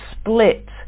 split